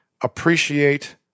Appreciate